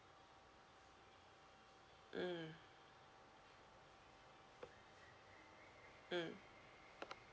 mm mm